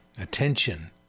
attention